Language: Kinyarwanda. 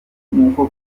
nk’uko